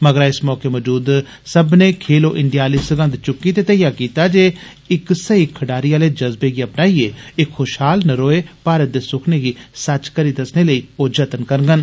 मंगरा इस मौके मौजूद सब्बनें 'खेलो इंडिया' आली सगंध चुक्की ते धेइया कीता जे इक सही खडारी आले जज्बे गी अपनाइये इक खुषहाल नरोए भारत दे सुखने गी सच करी दस्सने लेई जतन करगन